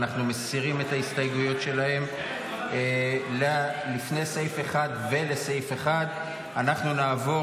אנחנו מסירים את ההסתייגויות שלהם לפני סעיף 1 ולסעיף 1. אנחנו נעבור